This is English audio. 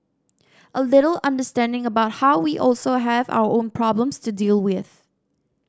a little understanding about how we also have our own problems to deal with